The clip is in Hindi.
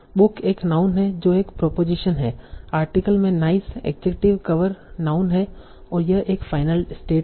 बुक एक नाउन है जो एक प्रीपोजीशन है आर्टिकल में नाइस एडजेक्टिव कवर नाउन है और यह एक फाइनल स्टेट है